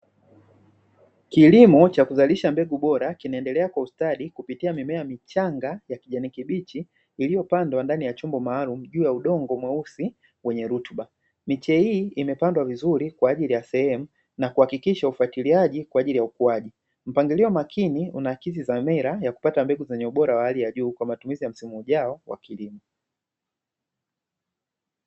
Kilimo cha kuzalisha mbegu bora kinaendelea kwa ustadi kupitia mimea michanga ya kijani kibichi, iliyopandwa ndani ya chombo maalumu juu ya udongo mweusi wenye rutuba. Miche hii imepandwa vizuri kwa ajili ya sehemu na kuhakikisha ufatiliaji kwa ajili ya ukuaji. Mpangilio makini unaakisi dhamira ya kupata mbegu zenye ubora wa hali ya juu kwa matumizi ya msimu ujao wa kilimo.